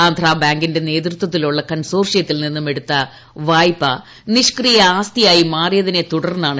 ആന്ധ്രാ ബാങ്കിന്റെ നേതൃത്വത്തിലുള്ള കൺസോർഷ്യത്തിൽ നിന്നും എടുത്ത വായ്പ നിഷ്ക്രിയ ആസ്തിയായി മാറിയതിനെ തുടർന്നാണ് കേസ്